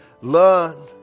learn